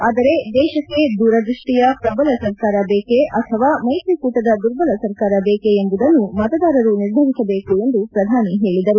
ಆದರೆ ದೇಶಕ್ಕೆ ದೂರದೃಷ್ಷಿಯ ಪ್ರಬಲ ಸರ್ಕಾರ ಬೇಕೆ ಅಥವಾ ಮೈತ್ರಿಕೂಟದ ದುರ್ಬಲ ಸರ್ಕಾರ ಬೇಕೆ ಎಂಬುದನ್ನು ಮತದಾರರು ನಿರ್ಧರಿಸಬೇಕು ಎಂದು ಪ್ರಧಾನಿ ಹೇಳಿದರು